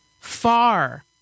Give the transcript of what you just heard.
far